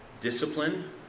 discipline